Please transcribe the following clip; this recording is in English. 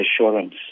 assurance